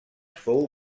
fou